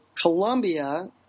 Colombia